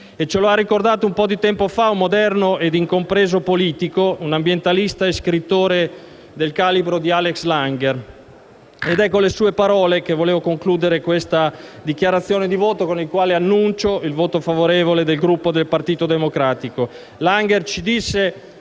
Ce lo ha ricordato, un po' di tempo fa, un moderno e incompreso politico, un ambientalista e scrittore del calibro di Alexander Langer ed è con le sue parole che vorrei concludere questa dichiarazione di voto, con la quale annuncio il voto favorevole del Gruppo Partito Democratico. Alexander Langer ci disse